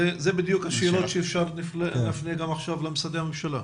אלה השאלות שנפנה עכשיו למשרדי הממשלה.